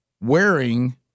wearing